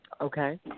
Okay